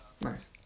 Nice